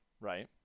right